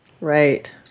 Right